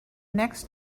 next